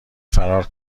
فرار